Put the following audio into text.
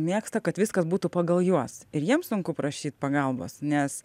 mėgsta kad viskas būtų pagal juos ir jiems sunku prašyt pagalbos nes